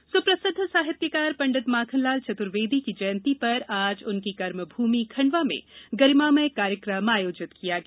जयंती सुप्रसिद्ध साहित्यकार पंडित माखनलाल चतुर्वेदी की जयंती आज उनकी कर्मभूमि खंडवा में गरिमामय कार्यक्रम आयोजित किया गया